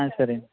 సరే అండీ